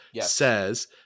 says